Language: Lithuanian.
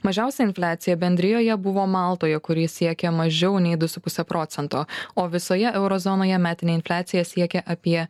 mažiausia infliacija bendrijoje buvo maltoje kur ji siekia mažiau nei du su puse procento o visoje euro zonoje metinė infliacija siekia apie